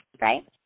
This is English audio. right